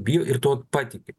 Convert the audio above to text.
bijo ir tuo patiki